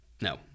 No